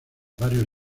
varios